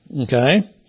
Okay